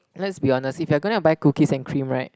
let's be honest if you're gonna buy cookies and cream right